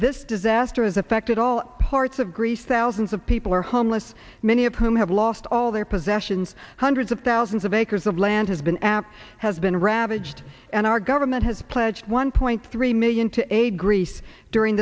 this disaster has affected all parts of greece thousands of people are homeless many of whom have lost all their possessions hundreds of thousands of acres of land has been app has been ravaged and our government has pledged one point three million to aid greece during